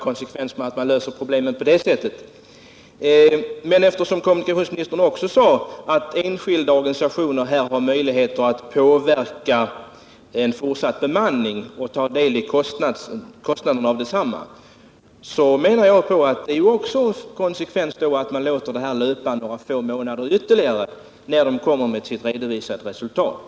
Kommunikationsministern sade också att enskilda organisationer har möjligheter att påverka en fortsatt bemanning och ta del av kostnaderna för densamma. En konsekvens av det borde också vara att man låter det här löpa några få månader ytterligare, tills arbetsgruppen redovisar sitt resultat.